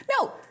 No